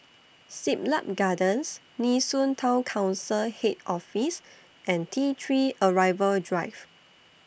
Siglap Gardens Nee Soon Town Council Head Office and T three Arrival Drive